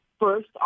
first